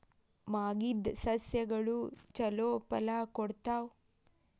ಮಾಗಿದ್ ಸಸ್ಯಗಳು ಛಲೋ ಫಲ ಕೊಡ್ತಾವಾ?